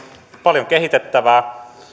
paljon kehitettävää